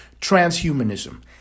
transhumanism